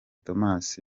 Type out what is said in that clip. thomas